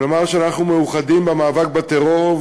לומר שאנחנו מאוחדים במאבק בטרור,